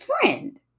friend